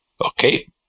Okay